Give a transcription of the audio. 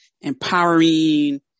empowering